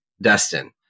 Dustin